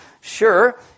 sure